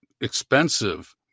expensive